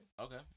Okay